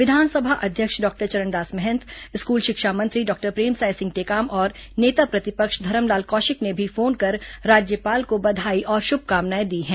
विधानसभा अध्यक्ष doctor Charan Das Mahant school शिक्षा मंत्री डॉक्टर प्रेमसाय सिंह टेकार्म और नेता प्रतिपर्क्ष धरमलाल कौशिक ने भी फोन कर राज्यपाल को बधाई और शुभकामनाएं दी हैं